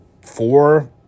four